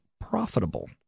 profitable